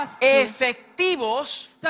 Efectivos